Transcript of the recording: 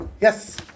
Yes